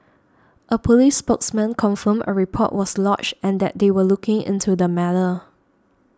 a police spokesman confirmed a report was lodged and that they were looking into the matter